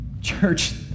Church